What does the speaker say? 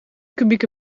kubieke